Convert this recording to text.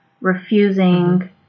refusing